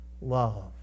love